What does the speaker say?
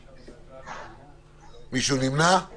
הצבעה בעד 9 נגד 6 נמנעים